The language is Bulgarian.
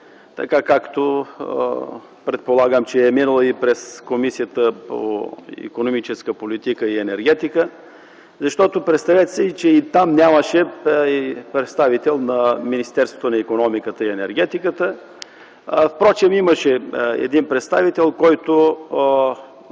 така както предполагам, че е минал и през Комисията по икономическата политика и енергетика, защото представете си, че и там нямаше представител на Министерството на икономиката и енергетиката. Всъщност имаше един представител, който